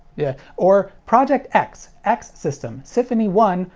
yeah or project x, x system, ciphony one,